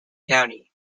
county